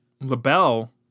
LaBelle